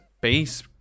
base